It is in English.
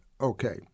Okay